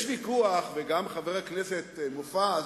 יש ויכוח, וגם חבר הכנסת מופז